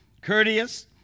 courteous